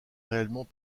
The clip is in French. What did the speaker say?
réellement